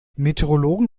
meteorologen